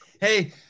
Hey